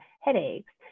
headaches